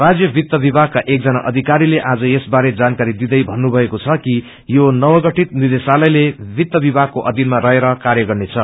राज्यवित विमागका एकजना अविकारीले आज यसबारे जानकारी विदै भन्नुभएको छ कि यो नवगठित निदेशालयले वित्त विमागाके अधिनामा रहेर कार्य गर्नेछ